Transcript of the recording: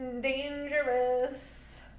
dangerous